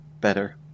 better